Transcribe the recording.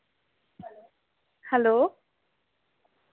hello